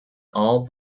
all